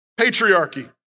patriarchy